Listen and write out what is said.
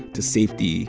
to safety